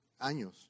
años